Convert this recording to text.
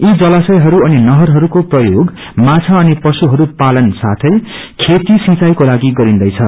यी जलाशहरू अनि नहरहरूको प्रयोग माछा अनि प्र्युहरू पाल्न साथै खेती सिंचाईको लागि गरिन्दैछ